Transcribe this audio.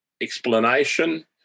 explanation